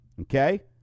okay